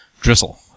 drizzle